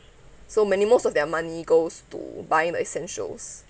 so mainly most of their money goes to buying the essentials